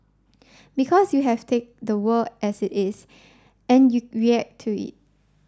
because you have take the world as it is and you react to it